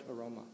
aroma